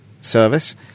service